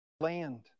land